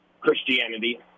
Christianity